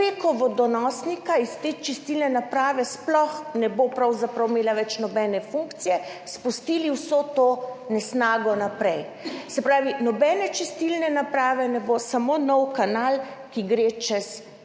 prek vodonosnika iz te čistilne naprave, pravzaprav sploh ne bo imela več nobene funkcije, spusti vso to nesnago naprej. Se pravi, nobene čistilne naprave ne bo, samo nov kanal, ki gre čez